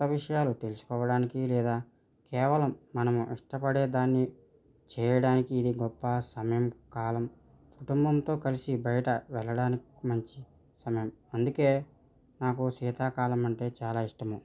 కొత్త విషయాలు తెలుసుకోవడానికి లేదా కేవలం మనం ఇష్టపడే దాన్ని చేయడానికి ఇది గొప్ప సమయం కాలం కుటుంబంతో కలిసి బయట వెళ్ళడానికి మంచి సమయం అందుకే నాకు శీతాకాలం అంటే చాలా ఇష్టము